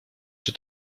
czy